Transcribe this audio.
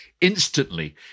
Instantly